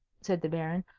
said the baron.